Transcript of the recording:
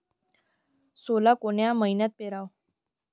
सोला कोन्या मइन्यात पेराव?